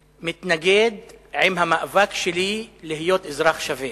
מתנגד עם המאבק שלי להיות אזרח שווה.